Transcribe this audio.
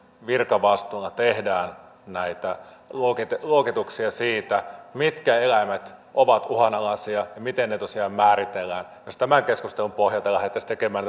virkavastuulla tehdään näitä luokituksia luokituksia siitä mitkä eläimet ovat uhanalaisia ja miten ne tosiaan määritellään jos tämän keskustelun pohjalta lähdettäisiin tekemään